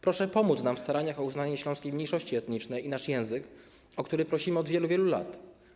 Proszę pomóc nam w staraniach o uznanie śląskiej mniejszości etnicznej i naszego języka, o co prosimy od wielu, wielu lat.